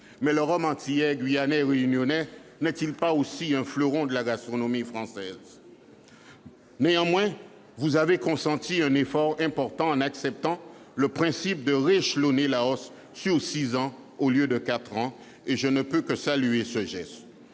Mais le rhum antillais, guyanais ou réunionnais n'est-il pas lui aussi un fleuron de la gastronomie française ? Si ! Néanmoins, vous avez consenti un effort important en acceptant le principe du rééchelonnement de la hausse sur six ans au lieu de quatre, et je ne peux que saluer ce geste.